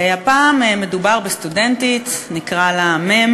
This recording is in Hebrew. והפעם מדובר בסטודנטית, נקרא לה מ',